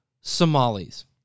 Somalis